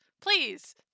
Please